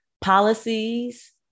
policies